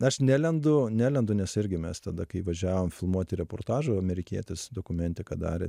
aš nelendu nelendu nes irgi mes tada kai važiavom filmuoti reportažo amerikietis dokumentiką darė